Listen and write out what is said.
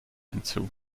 hinzu